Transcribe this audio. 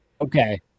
Okay